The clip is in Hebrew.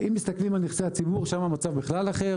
אם מסתכלים על נכסי הציבור, שם המצב בכלל אחר.